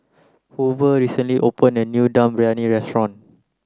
Hoover recently opened a new Dum Briyani restaurant